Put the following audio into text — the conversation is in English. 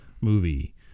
movie